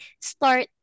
start